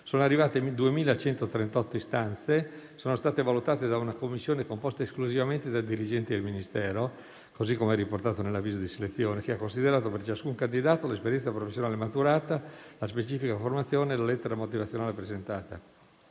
Sono arrivate 2.138 istanze, che sono state valutate da una commissione composta esclusivamente da dirigenti del Ministero, così come riportato nell'avviso di selezione, che ha considerato per ciascun candidato l'esperienza professionale maturata, la specifica formazione e la lettera motivazionale presentata.